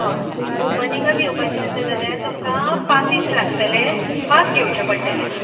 हय ओपेनींगेक येवपाचे आसा जाल्या तुमका पासिस लागतले पास घेवचे पडटले